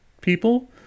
people